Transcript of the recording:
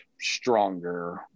stronger